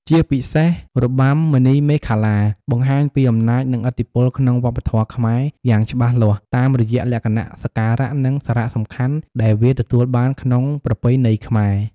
ជាពិសេសរបាំមណីមេខលា បង្ហាញពីអំណាចនិងឥទ្ធិពលក្នុងវប្បធម៌ខ្មែរយ៉ាងច្បាស់លាស់តាមរយៈលក្ខណៈសក្ការៈ និងសារៈសំខាន់ដែលវាទទួលបានក្នុងប្រពៃណីខ្មែរ។